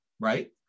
Right